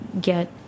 get